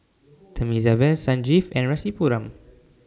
Thamizhavel Sanjeev and Rasipuram